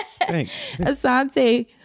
Asante